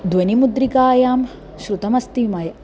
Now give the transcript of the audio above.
द्वनिमुद्रिकायां श्रुतमस्ति मया